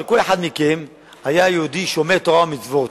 כל אחד מכם היה יהודי שומר תורה ומצוות,